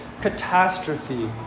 catastrophe